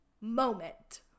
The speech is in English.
moment